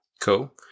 Cool